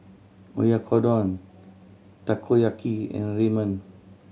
Oyakodon Takoyaki and Ramen